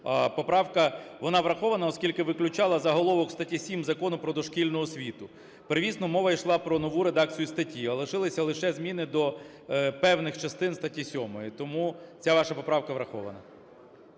Поправка, вона врахована, оскільки виключала заголовок статті 7 Закону "Про дошкільну освіту". Первісно мова йшла про нову редакцію статті, а лишилися лише зміни до певних частин статті 7. Тому ця ваша поправка врахована.